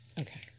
okay